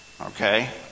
okay